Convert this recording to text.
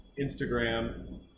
Instagram